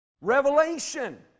revelation